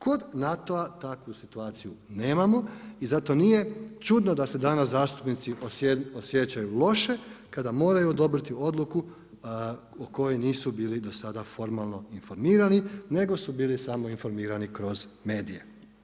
Kod NATO-a takvu situaciju nemamo i zato nije čudno da se danas zastupnici osjećaju loše kada moraju odobriti odluku o kojoj nisu bili do sada formalno informirani nego su bili samo informirani kroz medije.